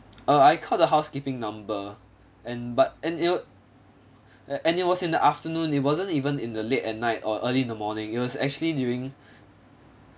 uh I called the housekeeping number and but and it was and it was in the afternoon it wasn't even in the late at night or early in the morning it was actually during